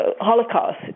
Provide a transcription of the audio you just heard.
Holocaust